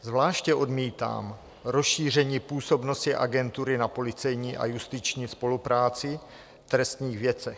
Zvláště odmítám rozšíření působnosti Agentury na policejní a justiční spolupráci v trestních věcech.